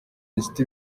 inshuti